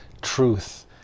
truth